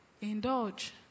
indulge